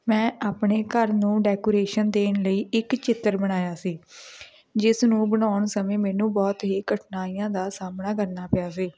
ਮੈਂ ਆਪਣੇ ਘਰ ਨੂੰ ਡੈਕੋਰੇਸ਼ਨ ਦੇਣ ਲਈ ਇੱਕ ਚਿੱਤਰ ਬਣਾਇਆ ਸੀ ਜਿਸ ਨੂੰ ਬਣਾਉਣ ਸਮੇਂ ਮੈਨੂੰ ਬਹੁਤ ਹੀ ਕਠਿਨਾਈਆਂ ਦਾ ਸਾਹਮਣਾ ਕਰਨਾ ਪਿਆ ਸੀ